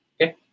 Okay